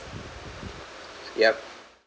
yup